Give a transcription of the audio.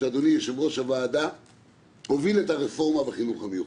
כשאדוני יושב-ראש הוועדה הוביל את הרפורמה בחינוך המיוחד.